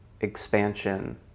expansion